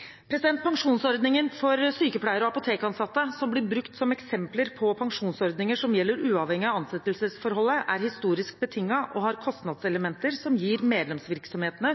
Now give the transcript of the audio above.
for sykepleiere og apotekansatte, som blir brukt som eksempler på pensjonsordninger som gjelder uavhengig av ansettelsesforholdet, er historisk betinget og har kostnadselementer som gir medlemsvirksomhetene